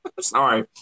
sorry